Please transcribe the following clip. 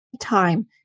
time